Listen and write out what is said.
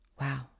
Wow